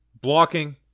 Blocking